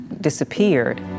disappeared